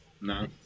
No